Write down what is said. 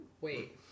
wait